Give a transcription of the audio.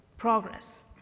progress